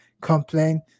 complain